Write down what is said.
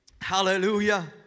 Hallelujah